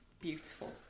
beautiful